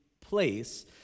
place